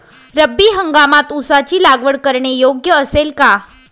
रब्बी हंगामात ऊसाची लागवड करणे योग्य असेल का?